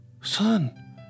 Son